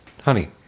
Honey